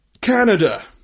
Canada